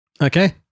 okay